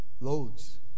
loads